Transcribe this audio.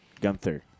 Gunther